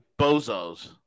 Bozos